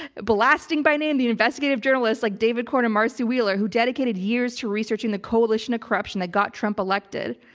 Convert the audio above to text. blasting by name, the investigative journalists like david corn and marcy wheeler, who dedicated years to researching the coalition of corruption that got trump elected.